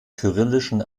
kyrillischen